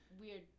weird